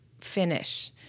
finish